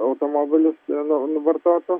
automobilis nu nu vartotų